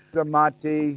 Samati